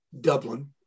Dublin